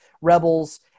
rebels